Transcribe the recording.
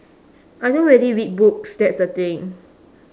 I don't really read books that's the thing